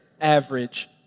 average